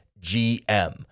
GM